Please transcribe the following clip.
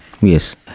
yes